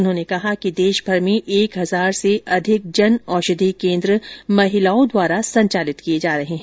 उन्होंने कहा कि देशभर में एक हजार से अधिक जन औषधि केन्द्र महिलाओं द्वारा संचालित किए जा रहे है